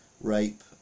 rape